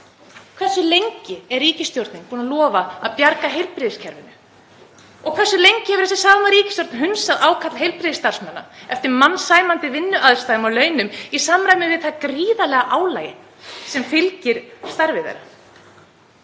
Hversu lengi er ríkisstjórnin búin að lofa að bjarga heilbrigðiskerfinu? Og hversu lengi hefur þessi sama ríkisstjórn hunsað ákall heilbrigðisstarfsmanna eftir mannsæmandi vinnuaðstæðum og launum í samræmi við það gríðarleg álag sem fylgir starfi þeirra?